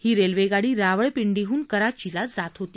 ही railway गाडी रावळपिंडीहून कराचीला जात होती